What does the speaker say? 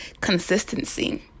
consistency